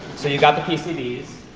so you got the pcp's we'll